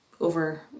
over